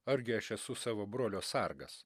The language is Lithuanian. argi aš esu savo brolio sargas